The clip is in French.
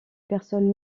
personne